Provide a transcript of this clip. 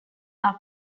are